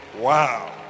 Wow